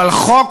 אבל חוק